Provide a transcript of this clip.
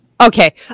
Okay